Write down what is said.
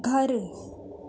گھر